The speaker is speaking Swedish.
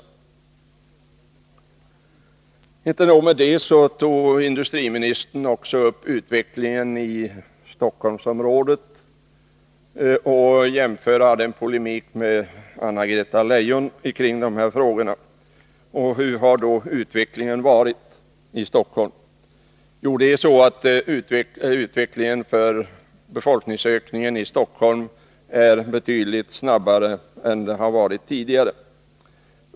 Men inte nog med detta, industriministern tog också upp utvecklingen i Stockholmsområdet och förde en polemik med Anna-Greta Leijon kring dessa frågor. Hur har då utvecklingen varit i Stockholm? Jo, befolkningsökningen i Stockholm är betydligt snabbare än tidigare.